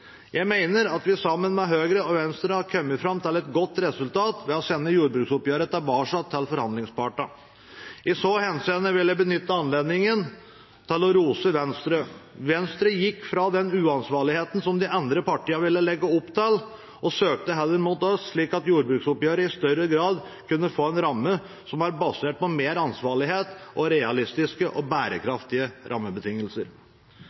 Jeg mener at vi sammen med Høyre og Venstre har kommet fram til et godt resultat ved å sende jordbruksoppgjøret tilbake til forhandlingspartene. I så henseende vil jeg benytte anledningen til å rose Venstre. Venstre gikk fra den uansvarligheten som de andre partiene ville legge opp til, og søkte heller mot oss, slik at jordbruksoppgjøret i større grad kunne få en ramme basert på mer ansvarlighet og realistiske og